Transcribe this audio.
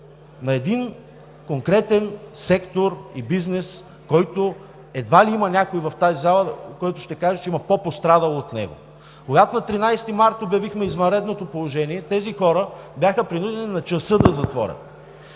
на един конкретен сектор и бизнес, който едва ли има някой в тази зала, който ще каже, че има по-пострадал от него. Когато на 13 март обявихме извънредното положение, тези хора бяха принудени на часа да затворят.